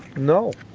no,